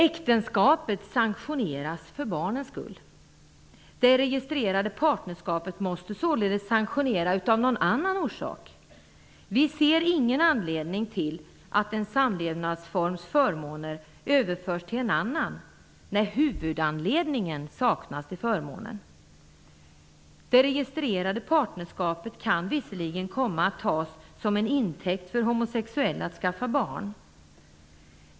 Äktenskapet sanktioneras för barnens skull. Det registrerade partnerskapet måste således sanktioneras av någon annan orsak. Vi ser ingen anledning till att en samlevnadsforms förmåner överförs till en annan när huvudanledningen till förmåner saknas. Det registrerade partnerskapet kan visserligen komma att tas som intäkt för homosexuella att skaffa barn.